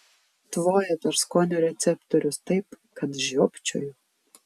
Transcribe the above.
tvoja per skonio receptorius taip kad žiopčioju